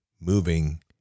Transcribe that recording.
moving